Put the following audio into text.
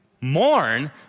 mourn